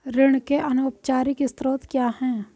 ऋण के अनौपचारिक स्रोत क्या हैं?